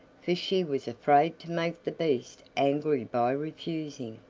for she was afraid to make the beast angry by refusing.